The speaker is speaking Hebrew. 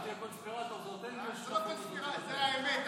אל תהיה קונספירטור, זו לא קונספירציה, זו האמת.